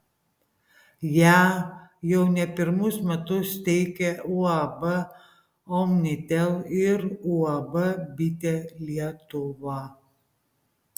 ją jau ne pirmus metus teikia uab omnitel ir uab bitė lietuva